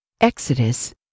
Exodus